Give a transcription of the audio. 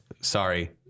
Sorry